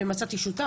ומצאתי שותף.